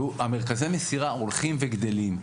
מרכזי המסירה הולכים וגדלים.